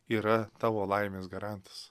yra tavo laimės garantas